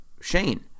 Shane